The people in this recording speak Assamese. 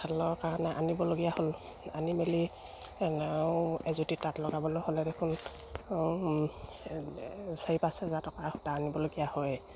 কাৰণে আনিবলগীয়া হ'ল আনি মেলি এযুতি তাঁত লগাবলে হ'লে দেখোন চাৰি পাঁচ হেজাৰ টকা সূতা আনিবলগীয়া হয়